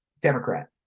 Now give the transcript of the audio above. Democrat